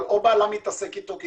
אבל או הילדים נמצאים אתו או הבעל,